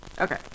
Okay